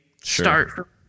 start